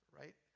right